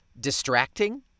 distracting